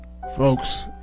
Folks